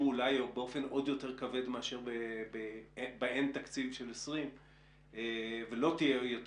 באופן יותר כבד מאשר ב"אין תקציב" של 2020. ואז לא תהיה יותר